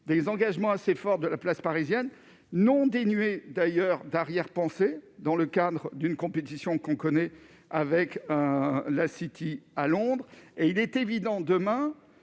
des engagements assez fort de la place parisienne non dénué d'ailleurs d'arrière-pensées dans le cadre d'une compétition qu'on connaît avec un la City à Londres et il est évident, demain,